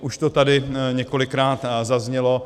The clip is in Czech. Už to tady několikrát zaznělo.